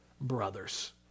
brothers